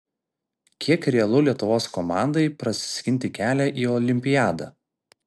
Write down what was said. kiek realu lietuvos komandai prasiskinti kelią į olimpiadą